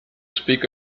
speak